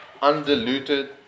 undiluted